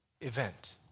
event